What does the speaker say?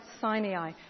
Sinai